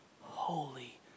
holy